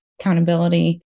accountability